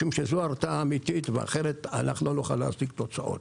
זו הרתעה אמיתית ואחרת אנחנו לא נוכל להשיג תוצאות.